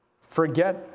Forget